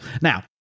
Now